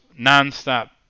nonstop